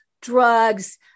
drugs